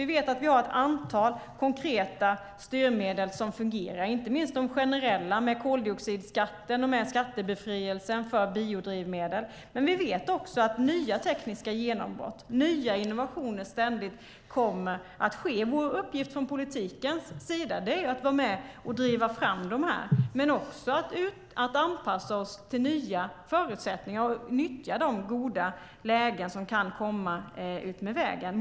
Vi vet att vi har ett antal konkreta styrmedel som fungerar, inte minst de generella med koldioxidskatten och skattebefrielsen för biodrivmedel. Vi vet dock också att nya tekniska genombrott, nya innovationer, ständigt kommer att ske. Vår uppgift från politikens sida är att vara med och driva fram dessa men också att anpassa oss till nya förutsättningar och nyttja de goda lägen som kan komma utmed vägen.